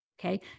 Okay